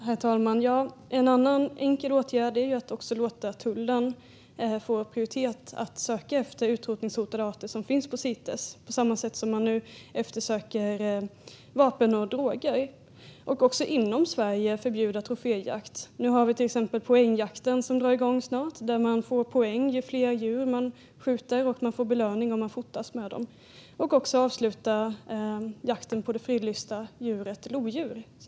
Herr talman! En annan enkel åtgärd är att låta tullen prioritera att man söker efter utrotningshotade arter som finns i Cites, på samma sätt som man nu eftersöker vapen och droger. Man kan också förbjuda troféjakt inom Sverige. Till exempel drar poängjakten igång snart. Där får man poäng ju fler djur man skjuter. Och man får en belöning om man fotograferas med dem. Man kan också avsluta jakten på det fridlysta lodjuret.